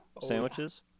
sandwiches